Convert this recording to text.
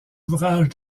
ouvrage